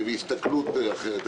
והסתכלות אחרת.